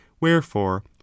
wherefore